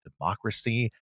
democracy